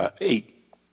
eight